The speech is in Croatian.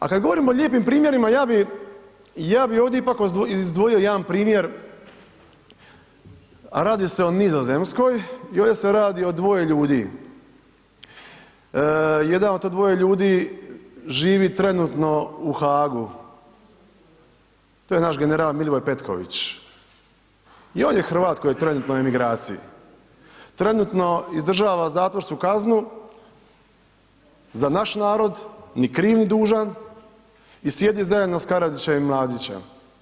A kad govorimo o lijepim primjerima, ja bi, ja bi ovdje ipak izdvojio jedan primjer, a radi se o Nizozemskoj i ovdje se radi o dvoje ljudi, jedan od to dvoje ljudi živi trenutno u Hagu, to je naš general Milivoj Petković i on je Hrvat koji je trenutno u emigraciji, trenutno izdržava zatvorsku kaznu za naš narod, ni kriv, ni dužan i sjedi zajedno s Karadžićem i Mladićem.